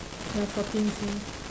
ya fourteen same